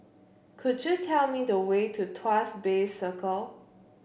could you tell me the way to Tuas Bay Circle